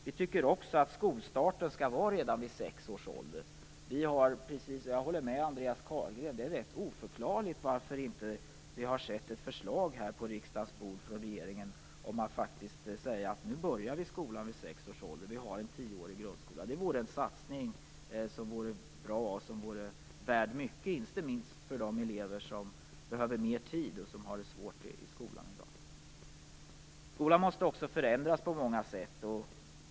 Vi tycker också att skolstarten skall ske redan vid sex års ålder. Jag håller med Andreas Carlgren om att det är rätt oförklarligt att vi inte har fått ett förslag på riksdagens bord från regeringen, där man faktiskt säger att skolan nu skall börja vid sex års ålder, att grundskolan är tioårig. Det vore en bra satsning som vore mycket värd, inte minst för de elever som behöver mer tid och som har det svårt i skolan i dag. Skolan måste också förändras på många sätt.